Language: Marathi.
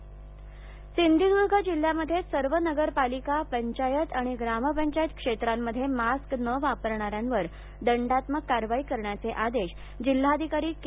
सिंधुदुर्ग सिंधूद्र्ग जिल्ह्यात सर्व नगरपालिका पंचायत आणि ग्रामपंचायत क्षेत्रामध्ये मास्क न वापरणाऱ्यांवर दंडात्मक कारवाई करण्याचे आदेश जिल्हाधिकारी के